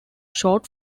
short